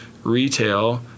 retail